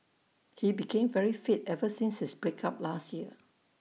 he became very fit ever since his break up last year